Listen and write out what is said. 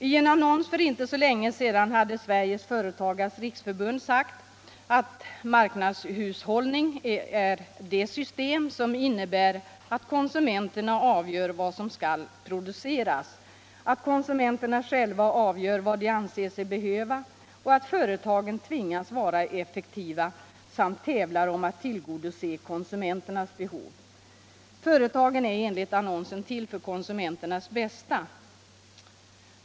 I en annons för inte så länge sedan har Sveriges Företagares riksförbund sagt att marknadshushållning är det system som innebär att konsumenterna avgör vad som skall produceras, att konsumenterna själva avgör vad de anser sig behöva. Vidare heter det att företagen tvingas vara effektiva samt att de tävlar om att tillgodose konsumenternas behov. Företagen är enligt annonsen till för konsumenternas bästa.